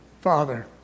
Father